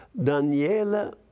Daniela